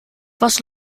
was